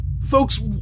Folks